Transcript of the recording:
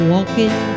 Walking